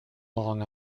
long